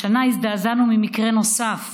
השנה הזדעזענו ממקרה נוסף: